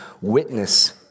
witness